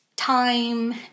time